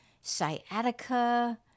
sciatica